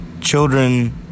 children